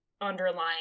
underlying